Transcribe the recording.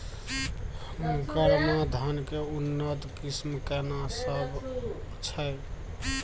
गरमा धान के उन्नत किस्म केना सब छै?